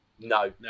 No